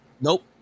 Nope